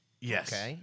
Yes